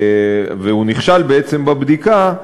והוא נכשל בעצם בבדיקה,